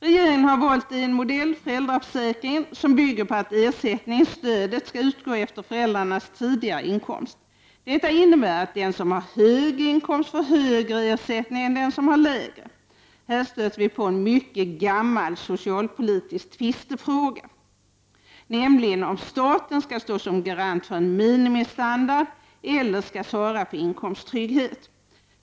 Regeringen har valt en modell — föräldraförsäkringen — som bygger på att ersättningen, stödet, skall utgå efter föräldrarnas tidigare inkomst. Detta innebär att den som har hög inkomst får högre ersättning än den som har lägre inkomst. Här stöter vi på en mycket gammal socialpolitisk tvistefråga, nämligen om staten skall stå som garant för en minimistandard eller skall svara för en inkomsttrygghet.